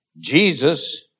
Jesus